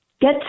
get